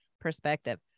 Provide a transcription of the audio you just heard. perspective